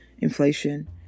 inflation